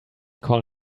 call